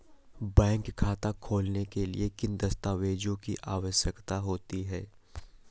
Bank खाता खोलने के लिए किन दस्तावेजों की आवश्यकता होती है?